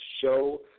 show